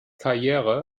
karriere